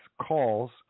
calls